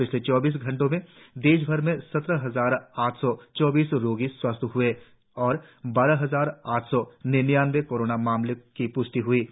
पिछले चौबीस घंटे में देशभर में सत्रह हजार आठ सौ चौबीस रोगी स्वस्थ ह्ए और बारह हजार आठ सौ निन्यानबे कोरोना मामलों की प्ष्टि हई है